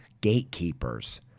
gatekeepers